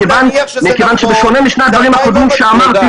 מכיוון שבשונה משני הדברים הקודמים שאמרתי -- הוא